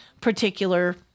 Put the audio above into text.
particular